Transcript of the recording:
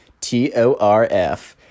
T-O-R-F